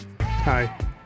hi